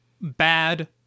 bad